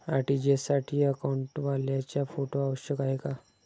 RTGS साठी अकाउंटवाल्याचा photo आवश्यक आहे का?